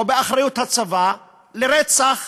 או באחריות הצבא, לרצח